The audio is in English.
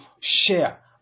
share